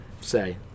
say